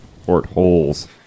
portholes